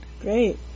Great